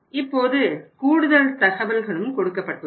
இப்போது கூடுதல் தகவல்களும் கொடுக்கப்பட்டுள்ளன